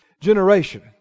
Generation